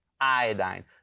iodine